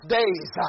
days